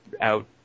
out